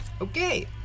Okay